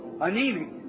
anemic